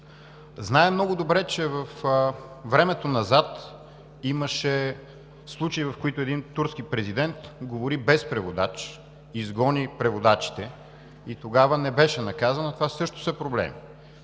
Знаем много добре, че назад във времето имаше случай, в който един турски президент говори без преводач – изгони преводачите, и тогава не беше наказан, а това също е проблем,